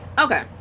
okay